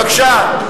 בבקשה.